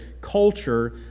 culture